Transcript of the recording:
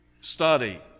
study